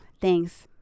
Thanks